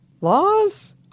Laws